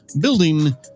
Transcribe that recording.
building